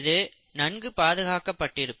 இது நன்கு பாதுகாக்கப்பட்டிருக்கும்